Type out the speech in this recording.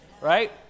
Right